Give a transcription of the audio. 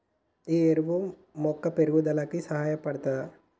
ఈ ఎరువు మొక్క పెరుగుదలకు సహాయపడుతదా?